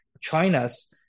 China's